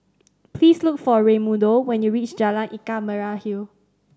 please look for Raymundo when you reach Jalan Ikan Merah Hill